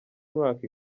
mwaka